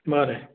बरें